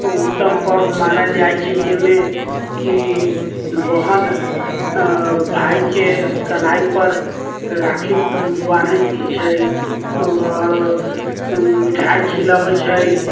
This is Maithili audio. उत्तम पर्व मानल जाइ छै जहिमे कि बहिन भायके कलाइपर राखी बान्है छै आरू मिठाइ खिलाबै छै